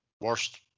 worst